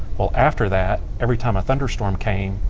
well, after that, every time a thunder storm came,